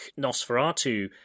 Nosferatu